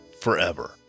forever